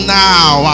now